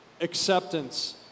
Acceptance